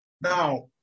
Now